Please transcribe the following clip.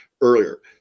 earlier